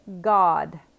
God